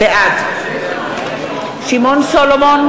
בעד שמעון סולומון,